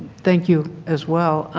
thank you as well.